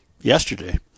Yesterday